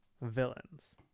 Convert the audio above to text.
villains